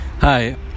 Hi